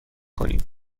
کنیم